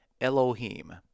Elohim